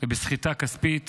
וסחיטה כספית